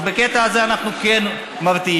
בקטע הזה אנחנו כן מרתיעים.